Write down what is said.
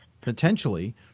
potentially